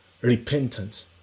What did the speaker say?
Repentance